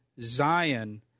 Zion